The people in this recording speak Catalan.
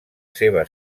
seva